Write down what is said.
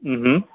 हं हं